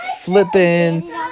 flipping